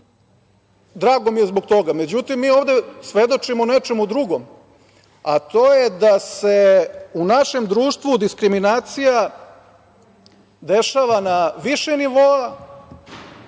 drago mi je zbog toga.Međutim, mi ovde svedočimo nečemu drugom, a to je da se u našem društvu diskriminacija dešava na više nivoa